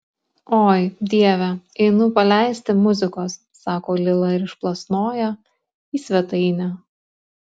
oi dieve einu paleisti muzikos sako lila ir išplasnoja į svetainę